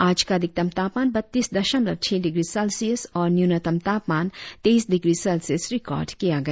आज का अधिकतम तापमान बत्तीस दशमलव छह डिग्री सेल्सियस और न्यूनतम तापमान तैईस डिग्री सेल्सियस रिकार्ड किया गया